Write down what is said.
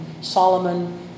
Solomon